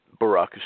Barack